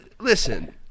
listen